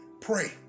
Pray